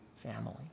family